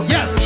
Yes